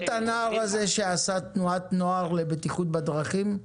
את הנער הזה שעשה תנועת נוער לבטיחות בדרכים?